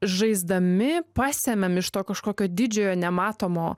žaisdami pasemiam iš to kažkokio didžiojo nematomo